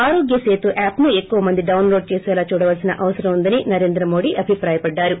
ఆరోగ్య సేతు యాప్ను ఎక్కువ మంది డొస్లోడ్ చేసేలా చూడవలసిన అవసరం ఉందని నరేంద్రమోదీ అన్నారు